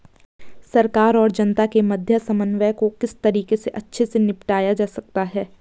सरकार और जनता के मध्य समन्वय को किस तरीके से अच्छे से निपटाया जा सकता है?